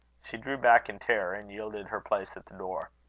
she drew back in terror, and yielded her place at the door.